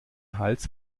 hals